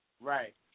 Right